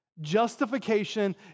justification